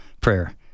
prayer